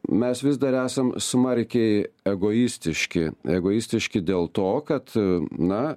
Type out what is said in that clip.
mes vis dar esam smarkiai egoistiški egoistiški dėl to kad na